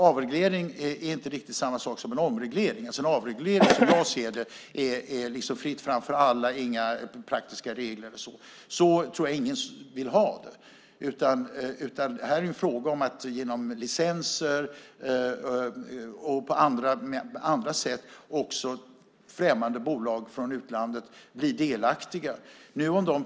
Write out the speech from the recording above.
Avreglering är inte riktigt samma sak som en omreglering. Vid en avreglering är det fritt fram för alla, inga praktiska regler och så. Så tror jag ingen vill ha det. Det här är en fråga om att genom licenser och på andra sätt också främmande bolag från utlandet blir delaktiga.